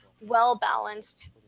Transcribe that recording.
well-balanced